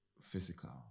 physical